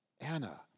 Anna